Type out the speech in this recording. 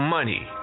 Money